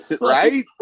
Right